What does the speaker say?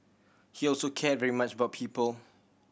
he also cared very much about people